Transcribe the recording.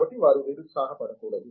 కాబట్టి వారు నిరుత్సాహపడకూడదు